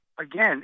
again